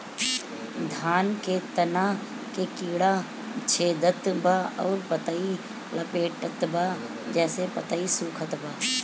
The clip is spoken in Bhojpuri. धान के तना के कीड़ा छेदत बा अउर पतई लपेटतबा जेसे पतई सूखत बा?